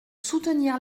soutenir